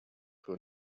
who